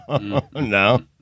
No